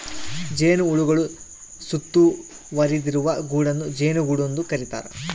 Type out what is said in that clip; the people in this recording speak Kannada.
ಜೇನುಹುಳುಗಳು ಸುತ್ತುವರಿದಿರುವ ಗೂಡನ್ನು ಜೇನುಗೂಡು ಎಂದು ಕರೀತಾರ